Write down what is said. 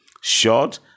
short